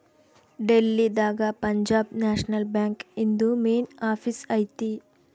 ಡೆಲ್ಲಿ ದಾಗ Punjab national bank ಇಂದು main office ಐತಿ